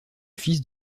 fils